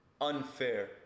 unfair